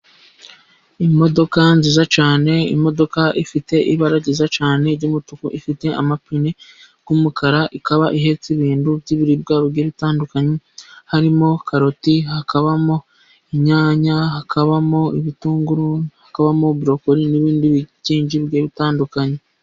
Imodoka nziza cyane imodoka ifite ibara ryiza cyane y'umutuku, ifite amapine y'umukara ikaba ihetse ibintu by'ibiribwa tandukanye. Harimo karoti hakabamo inyanya, hakabamo ibitunguru, hakabamo burokoli., n'ibindi byinshi bitandukanye.